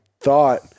thought